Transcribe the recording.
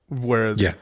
whereas